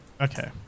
Okay